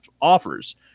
offers